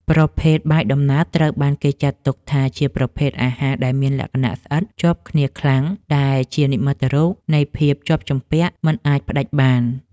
ប្រភេទបាយដំណើបត្រូវបានគេចាត់ទុកថាជាប្រភេទអាហារដែលមានលក្ខណៈស្អិតជាប់គ្នាខ្លាំងដែលជានិមិត្តរូបនៃភាពជាប់ជំពាក់មិនអាចផ្ដាច់បាន។